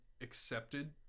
accepted